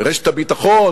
רשת הביטחון,